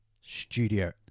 studio